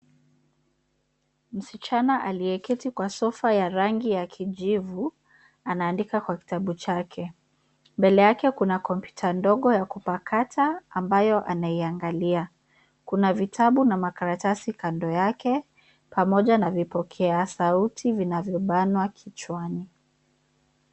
Msichana aliyeketi kwa sofa ya rangi ya kijivu anaandika kwa kitabu chake. Mbele yake kuna kompyuta ndogo ya kupakata ambayo anaiangalia. Kuna vitabu na makaratasi kando yake, pamoja na vipokea sauti vinavyobanwa kichwani.